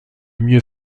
mieux